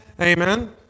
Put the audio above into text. amen